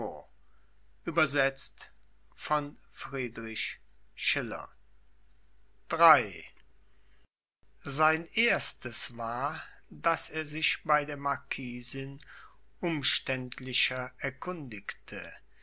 sein erstes war daß er sich bei der marquisin umständlicher erkundigte